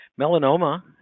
melanoma